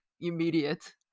immediate